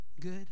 good